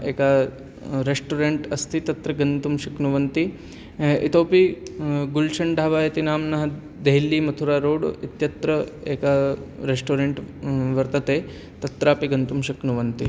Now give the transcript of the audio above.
एक रेश्टोरेण्ट् अस्ति तत्र गन्तुं शक्नुवन्ति इतोऽपि गुल्शन्ढाबा इति नाम्नः देहलीमथुरा रोड् इत्यत्र एकं रेश्टोरेण्ट् वर्तते तत्रापि गन्तुं शक्नुवन्ति